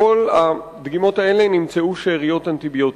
בכל הדגימות האלה נמצאו שאריות אנטיביוטיקה.